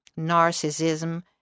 narcissism